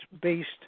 based